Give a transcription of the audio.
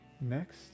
next